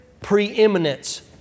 preeminence